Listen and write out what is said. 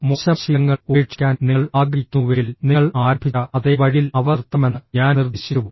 മോശം ശീലങ്ങൾ ഉപേക്ഷിക്കാൻ നിങ്ങൾ ആഗ്രഹിക്കുന്നുവെങ്കിൽ നിങ്ങൾ ആരംഭിച്ച അതേ വഴിയിൽ അവ നിർത്തണമെന്ന് ഞാൻ നിർദ്ദേശിച്ചു